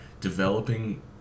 developing